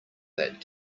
that